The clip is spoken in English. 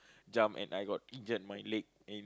jump and I got injured my leg and